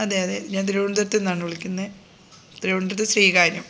അതെ അതെ ഞാൻ തിരുവനന്തപുരത്തു നിന്നാണ് വിളിക്കുന്നത് തിരുവനന്തപുരം ശ്രീകാര്യം